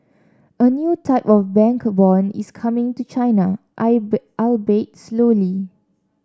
a new type of bank bond is coming to China albeit slowly